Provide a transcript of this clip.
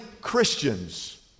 Christians